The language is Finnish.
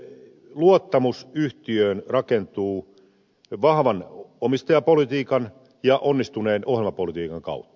luottamus yhtiöön rakentuu vahvan omistajapolitiikan ja onnistuneen ohjelmapolitiikan kautta